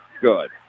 Good